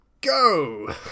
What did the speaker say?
go